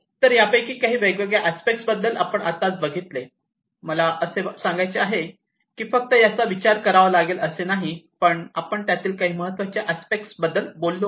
तर त्यापैकी काही वेगवेगळ्या अस्पेक्ट्स बद्दल आपण आत्ताच बघितले मला असे सांगायचे आहे की फक्त याचा विचार करावा लागेल असे नाही पण आपण त्यातील काही महत्त्वाच्या अस्पेक्ट बद्दल बघितले